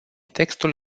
textul